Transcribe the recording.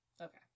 Okay